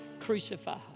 crucified